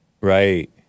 Right